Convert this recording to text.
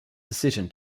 decision